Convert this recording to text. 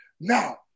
Now